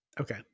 Okay